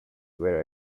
were